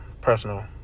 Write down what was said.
personal